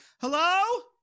hello